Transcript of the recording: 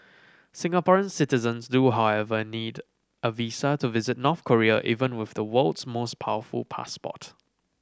Singaporean citizens do however need a visa to visit North Korea even with the world's most powerful passport